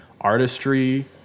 artistry